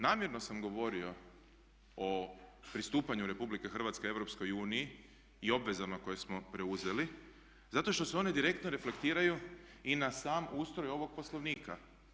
Namjerno sam govorio o pristupanju RH EU i obvezama koje smo preuzeli zato što se one direktno reflektiraju i na sam ustroj ovog poslovnika.